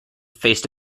faced